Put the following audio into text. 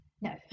no